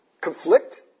conflict